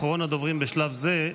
אחרון הדוברים בשלב זה,